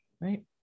right